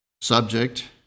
Subject